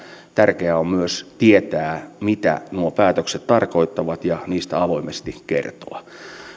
tärkeää on myös tietää mitä nuo päätökset tarkoittavat ja niistä avoimesti kertoa